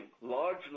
large